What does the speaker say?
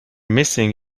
missing